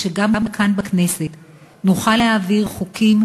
ושגם כאן בכנסת נוכל להעביר חוקים